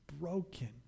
broken